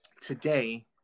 today